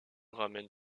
ramène